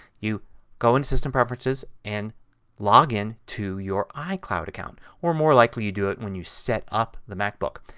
you go into system preferences and login to your icloud account or more likely you do it when you setup the macbook.